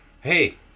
Hey